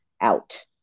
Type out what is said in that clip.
out